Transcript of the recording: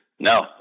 No